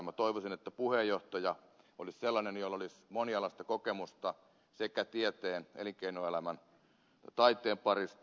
minä toivoisin että puheenjohtaja olisi sellainen jolla olisi monialaista kokemusta sekä tieteen elinkeinoelämän että taiteen parista